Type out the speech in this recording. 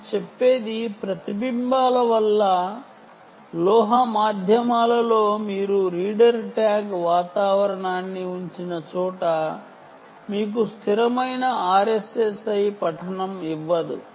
మేము చెప్పేది ప్రతిబింబాల వల్ల లోహ మాధ్యమాలలో మీరు రీడర్ ట్యాగ్ వాతావరణాన్ని ఉంచిన చోట మీకు స్థిరమైన RSSI పఠనం ఇవ్వదు